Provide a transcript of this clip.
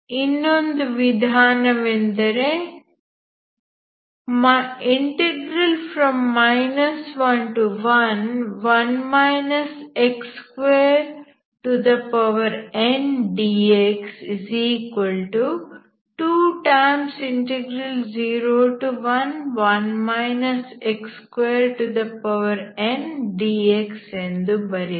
ಇನ್ನೊಂದು ವಿಧಾನವೆಂದರೆ 11ndx201ndx ಎಂದು ಬರೆಯಿರಿ